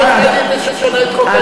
ויום אחד היא תשנה את חוק-היסוד,